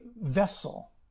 vessel